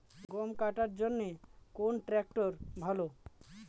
গম কাটার জন্যে কোন ট্র্যাক্টর ভালো?